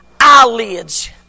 eyelids